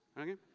Okay